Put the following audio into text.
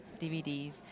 DVDs